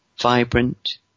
vibrant